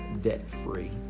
debt-free